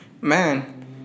man